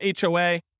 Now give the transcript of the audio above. HOA